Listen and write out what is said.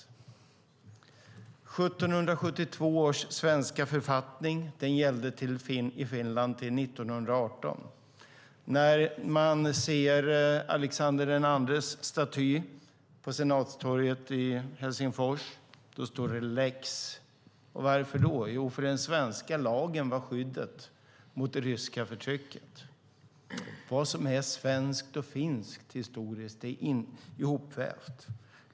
1772 års svenska författning gällde i Finland till 1918. När man ser Alexander II:s staty på Senatstorget i Helsingfors kan man se att det står Lex. Varför då? Jo, den svenska lagen var skyddet mot det ryska förtrycket. Vad som är svenskt och finskt historiskt är ihopvävt.